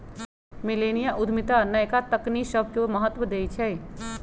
मिलेनिया उद्यमिता नयका तकनी सभके महत्व देइ छइ